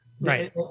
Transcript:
Right